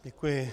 Děkuji.